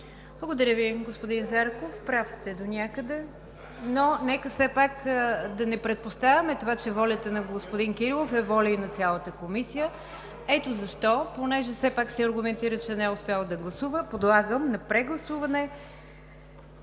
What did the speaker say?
Благодаря Ви, господин Зарков, прав сте донякъде. Но нека все пак да не предпоставяме това, че волята на господин Кирилов е воля и на цялата Комисия. Ето защо, понеже все пак се аргументира, че не е успял да гласува, подлагам на прегласуване